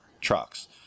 trucks